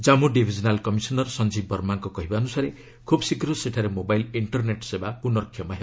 ଜାମ୍ପୁ divisional commissioner Sanjeev ବର୍ମାଙ୍କ କହିବା ଅନୁସାରେ ଖୁବ୍ଶୀଘ୍ର ସେଠାରେ ମୋବାଇଲ୍ ଇଷ୍କରନେଟ୍ ସେବା ପୁନର୍କ୍ଷମ ହେବ